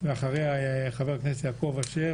ועל הפרק זה שאלות של מצפון ומצפן,